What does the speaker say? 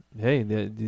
hey